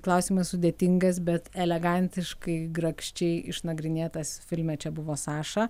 klausimas sudėtingas bet elegantiškai grakščiai išnagrinėtas filme čia buvo saša